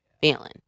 feeling